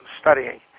studying